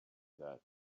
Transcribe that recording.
that